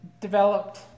developed